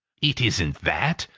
it isn't that,